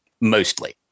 mostly